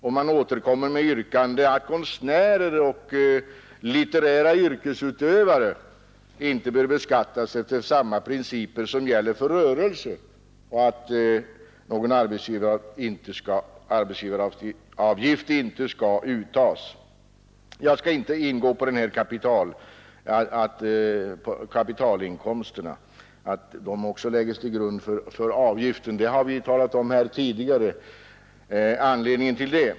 Och man återkommer med yrkande att konstnärer och litterära yrkesutövare inte bör beskattas efter samma principer som gäller för rörelser och att någon arbetsgivaravgift inte skall uttas av dessa grupper. Jag skall inte ingå på det förhållandet att kapitalinkomster också läggs till grund för avgiften. Anledningen till det har vi talat om tidigare.